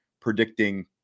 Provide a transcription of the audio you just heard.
predicting